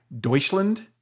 Deutschland